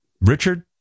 Richard